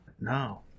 No